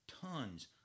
Tons